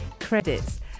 credits